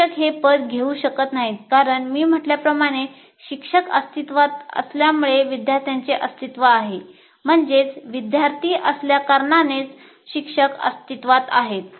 शिक्षक हे पद घेऊ शकत नाही कारण मी म्हटल्याप्रमाणे विद्यार्थी अस्तित्वात असल्यामुळे शिक्षकांचे अस्तित्व आहे